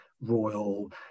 royal